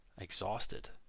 exhausted